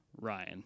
Ryan